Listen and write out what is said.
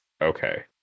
okay